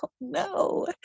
no